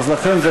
לכן זה,